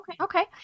Okay